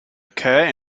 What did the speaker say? occur